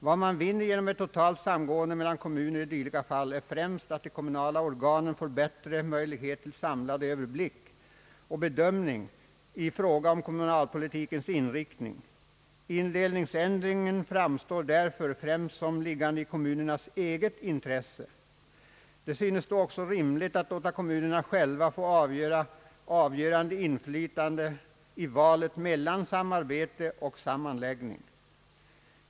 Vad man vinner genom ett totalt samgående mellan kommuner i dylika fall är främst att de kommunala organen får bättre möjlighet till samlad överblick och bedömning i fråga om kommunalpolitikens inriktning. Indelningsändringen framstår därför främst som liggande i kommunernas eget intresse. Det synes då också rimligt att låta kommunerna själva få avgörande inflytande i valet mellan samarbete och sammanläggning.